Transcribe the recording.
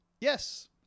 Yes